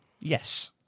Yes